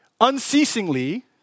unceasingly